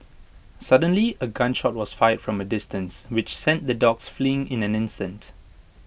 suddenly A gun shot was fired from A distance which sent the dogs fleeing in an instant